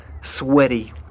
Sweaty